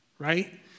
right